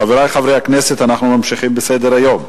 חברי חברי הכנסת, אנחנו ממשיכים בסדר-היום: